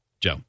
Joe